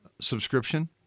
subscription